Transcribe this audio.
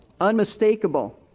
Unmistakable